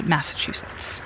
Massachusetts